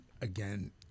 again